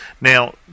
Now